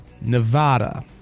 nevada